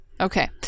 Okay